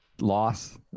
loss